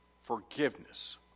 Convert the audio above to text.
Forgiveness